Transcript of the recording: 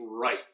right